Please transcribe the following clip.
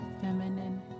feminine